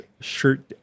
Shirt